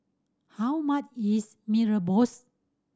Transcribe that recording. how much is Mee Rebus